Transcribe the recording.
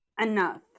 enough